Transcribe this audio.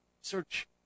search